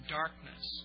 darkness